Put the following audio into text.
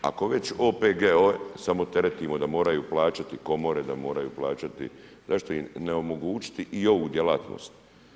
Ako već OPG-ove samo teretimo da moraju plaćati komore, da moraju plaćati, zašto im ne omogućiti i ovu djelatnost?